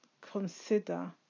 consider